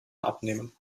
abnehmen